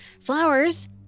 flowers